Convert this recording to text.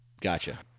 Gotcha